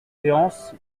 séance